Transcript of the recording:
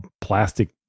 plastic